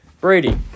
Brady